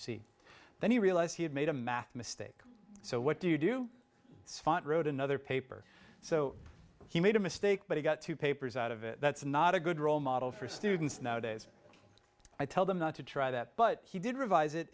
c then he realized he had made a math mistake so what do you do wrote another paper so he made a mistake but he got two papers out of it that's not a good role model for students nowadays i tell them not to try that but he did revise it